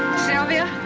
sylvia.